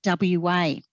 WA